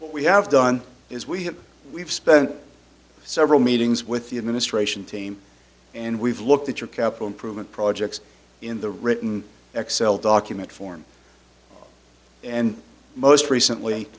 what we have done is we have we've spent several meetings with the administration team and we've looked at your capital improvement projects in the written excel document form and most recently